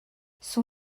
son